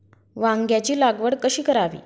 वांग्यांची लागवड कशी करावी?